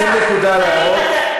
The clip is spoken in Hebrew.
שים נקודה על ההערות.